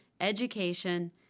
education